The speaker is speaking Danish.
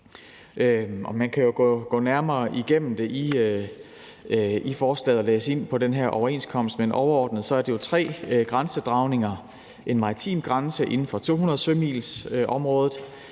Man kan gå det nærmere igennem i forslaget og læse om den her overenskomst, men overordnet er det jo tre grænsedragninger: en maritim grænse inden for 200-sømilsområdet,